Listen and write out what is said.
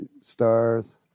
stars